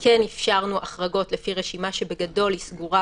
כן אפשרנו החרגות לפי רשימה שבגדול היא סגורה,